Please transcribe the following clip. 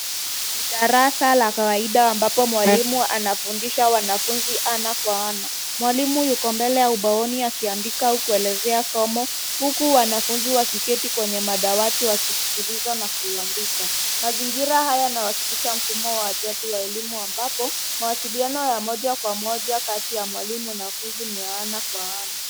Ni darasa la kawaida ambapo mwalimu anafundisha wanafunzi ana kwa ana. Mwalimu yuko mbele ya ubaoni akiandika au kuelezea somo, huku wanafunzi wakiketi kwenye madawati wakisikiliza na kuandika. Mazingira haya yanawakilisha mfumo wa jadi wa elimu ambapo, mawasiliano ya moja kwa moja kati ya mwalimu na mwanafunzi ni ya ana kwa ana.